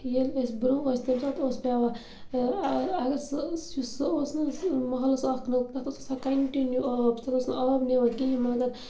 ییٚلہِ أسۍ برٛونٛہہ ٲسۍ تمہِ ساتہٕ اوس پٮ۪وان اَگر سُہ یُس سُہ اوس نہٕ حظ محلَس اکھ نوٚو تَتھ اوس آسان کَنٹِنیو آب تَتھ اوس نہٕ آب نِوان کِہیٖنۍ مَگر